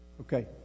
Okay